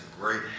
great